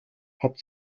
hat